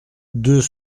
deux